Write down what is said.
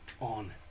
on